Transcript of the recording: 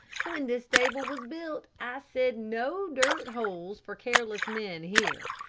when this stable was built, i said no dirt holes for careless men here.